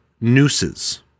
nooses